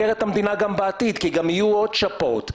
גם בעתיד, כי גם יהיו עוד שפעות.